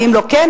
ואם לא כן,